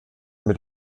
mit